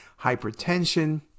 hypertension